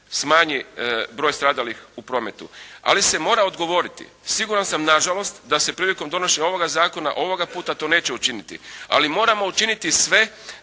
smanji broj stradalih u prometu ali se mora odgovoriti. Siguran sam nažalost da se prilikom donošenja ovoga zakona ovoga puta to neće učiniti ali moramo učiniti sve